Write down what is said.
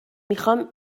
میخام